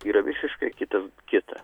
yra visiškai kitas kita